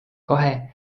kahe